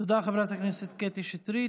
תודה, חברת הכנסת קטי שטרית.